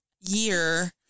year